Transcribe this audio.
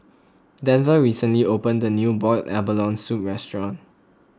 Denver recently opened a new Boiled Abalone Soup restaurant